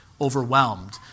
overwhelmed